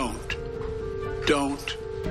(הישיבה נפסקה בשעה 11:58 ונתחדשה בשעה 13:13.)